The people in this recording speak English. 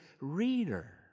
reader